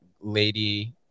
lady